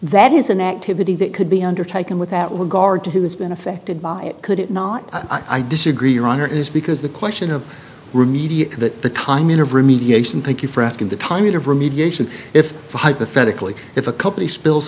that is an activity that could be undertaken without regard to who has been affected by it could it not i disagree your honor is because the question of remediate the timing of remediation thank you for asking the timing of remediation if hypothetically if a company spills